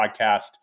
podcast